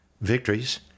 victories